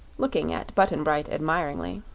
looking at button-bright admiringly.